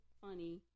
funny